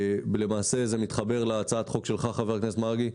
למעשה, זה מתחבר להצעת החוק שלך, חבר הכנסת מרגי,